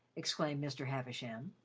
exclaimed mr. havisham.